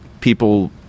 people